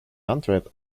antwerp